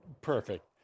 Perfect